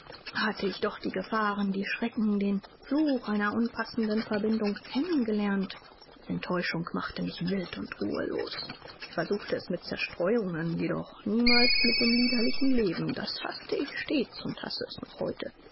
hatte ich doch die gefahren die schrecken den fluch einer unpassenden verbindung kennen gelernt enttäuschung machte mich wild und ruhelos ich versuchte es mit zerstreuungen jedoch niemals mit dem liederlichen leben das haßte ich stets und hasse es noch heute